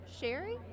Sherry